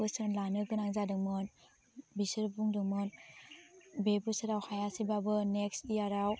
बोसोन लानो गोनां जादोंमोन बिसोर बुंदोंमोन बे बोसोराव हायासैबाबो नेक्स्त याराव